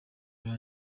cya